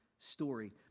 Story